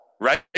right